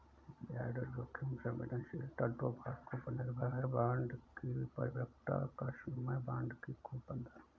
ब्याज दर जोखिम संवेदनशीलता दो बातों पर निर्भर है, बांड की परिपक्वता का समय, बांड की कूपन दर